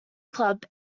club